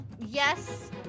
yes